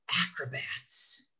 acrobats